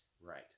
Right